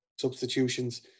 substitutions